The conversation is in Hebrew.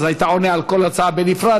אז היית עונה על כל הצעה בנפרד.